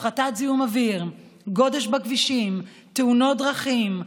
הפחתת זיהום אוויר, גודש בכבישים, תאונות דרכים,